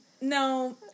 no